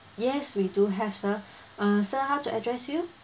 yes we do have sir uh sir how to address you